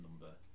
number